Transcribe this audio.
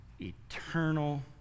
eternal